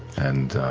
and